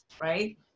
right